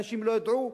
אנשים לא ידעו,